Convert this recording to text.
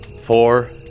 four